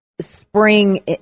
spring